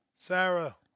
Sarah